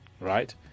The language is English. right